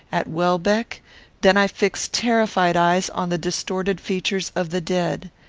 at welbeck then i fixed terrified eyes on the distorted features of the dead.